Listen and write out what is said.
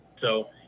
So-